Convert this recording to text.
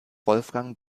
wolfgang